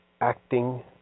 acting